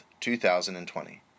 2020